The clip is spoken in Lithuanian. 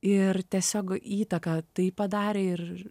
ir tiesiog įtaką tai padarė ir